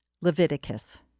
Leviticus